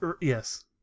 yes